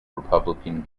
republican